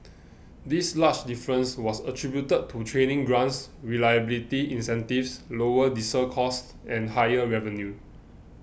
this large difference was attributed to training grants reliability incentives lower diesel costs and higher revenue